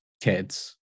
kids